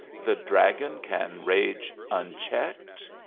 the dragon can rage unchecked?